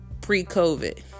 pre-COVID